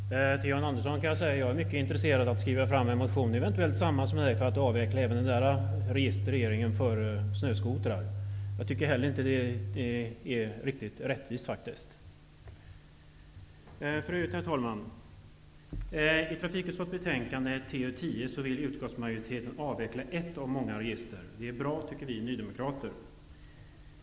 Herr talman! Till John Andersson kan jag säga att jag är mycket intresserad av att skriva en motion, eventuellt tillsammans med John Andersson, för att avveckla även registreringen av snöskotrar. Jag tycker faktiskt inte heller att detta är riktigt rättvist. I trafikutskottets betänkande TU10 vill utskottsmajoriteten avveckla ett av många register. Det är bra, tycker vi nydemokrater.